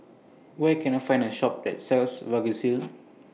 Where Can I Find A Shop that sells Vagisil